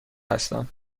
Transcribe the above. هستم